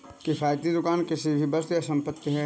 किफ़ायती दुकान कोई भी वस्तु या संपत्ति है